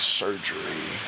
surgery